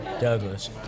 douglas